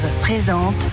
présente